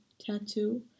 tattoo